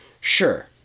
sure